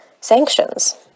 sanctions